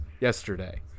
yesterday